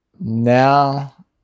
now